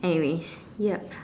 anyway yup